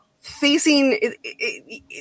facing